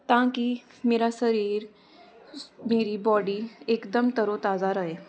ਤਾਂ ਕਿ ਮੇਰਾ ਸਰੀਰ ਮੇਰੀ ਬਾਡੀ ਇੱਕਦਮ ਤਰੋ ਤਾਜ਼ਾ ਰਹੇ